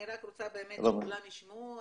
אני רוצה שכולם ישמעו,